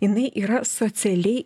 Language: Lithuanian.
jinai yra socialiai